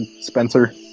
Spencer